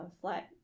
flat